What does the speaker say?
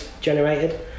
generated